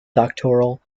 doctoral